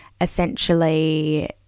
essentially